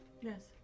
Yes